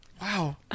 wow